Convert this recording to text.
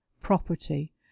property